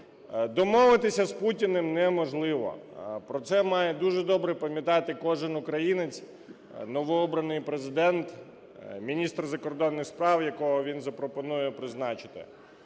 Домовитися з Путіним неможливо, про це має дуже добре пам'ятати кожен українець, новообраний Президент, міністр закордонних справ, якого він запропонує призначити.